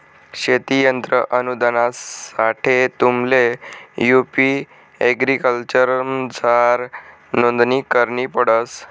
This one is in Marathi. शेती यंत्र अनुदानसाठे तुम्हले यु.पी एग्रीकल्चरमझार नोंदणी करणी पडस